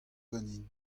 ganin